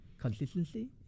Consistency